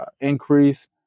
increase